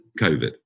COVID